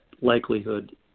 likelihood